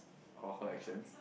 or her actions